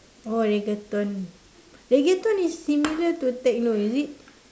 oh reggaeton reggaeton is similar to techno is it